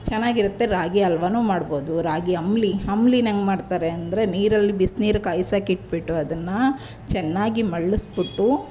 ಚೆನ್ನಾಗಿರುತ್ತೆ ರಾಗಿ ಹಲ್ವನೂ ಮಾಡ್ಬೋದು ರಾಗಿ ಅಂಬಲಿ ಅಂಬಲಿನ ಹೆಂಗೆ ಮಾಡ್ತಾರೆ ಅಂದರೆ ನೀರಲ್ಲಿ ಬಿಸಿ ನೀರು ಕಾಯಿಸೋಕೆ ಇಟ್ಬಿಟ್ಟು ಅದನ್ನು ಚೆನ್ನಾಗಿ ಮರಳಿಸ್ಬಿಟ್ಟು